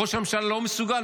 ראש הממשלה לא מסוגל?